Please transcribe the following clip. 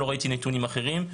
לא ראיתי נתונים אחרים,